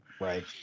right